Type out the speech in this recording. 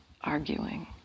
arguing